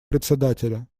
председателя